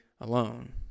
alone